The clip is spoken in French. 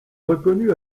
reconnut